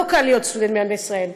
לא קל להיות סטודנט במדינת ישראל,